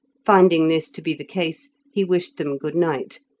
finding this to be the case, he wished them good-night,